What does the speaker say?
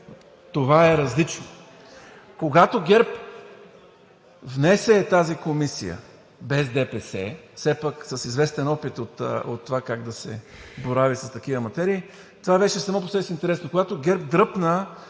Това е различно. Когато ГЕРБ внесе тази комисия без ДПС – все пак е с известен опит как да се борави с такива материи, това беше само по себе си интересно. Когато ГЕРБ дръпна